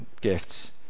gifts